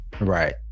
Right